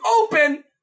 open